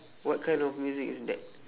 what kind of music is that